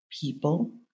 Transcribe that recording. people